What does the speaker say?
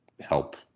help